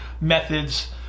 methods